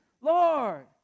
lord